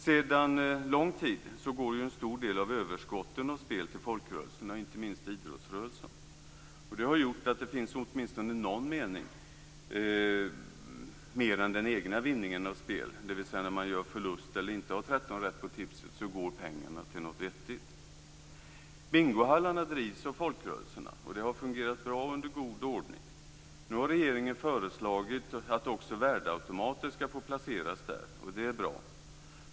Sedan lång tid går en stor del av överskotten av spel till folkrörelserna, inte minst till idrottsrörelsen. Det har gjort att det finns åtminstone någon mening mer än den egna vinningen av spel, dvs. när man gör förlust eller inte har 13 rätt på tipset går pengarna till något vettigt. Bingohallarna drivs av folkrörelserna, och det har fungerat bra och under god ordning. Nu har regeringen föreslagit att också värdeautomater skall få placeras där, och det är bra.